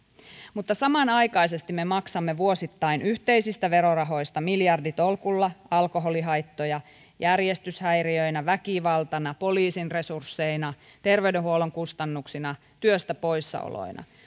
mutta samanaikaisesti me maksamme vuosittain yhteisistä verorahoista miljarditolkulla alkoholihaittoja järjestyshäiriöinä väkivaltana poliisin resursseina terveydenhuollon kustannuksina työstä poissaoloina